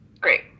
Great